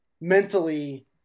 mentally